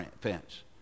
fence